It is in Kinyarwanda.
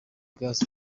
gaz